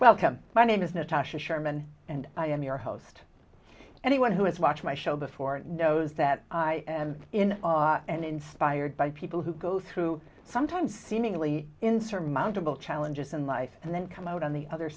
wellcome my name is natasha sherman and i am your house anyone who has watched my show before knows that i am in awe and inspired by people who go through sometimes seemingly insurmountable challenges in life and then come out on the other